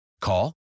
Call